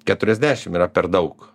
keturiasdešim yra per daug